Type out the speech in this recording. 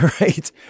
right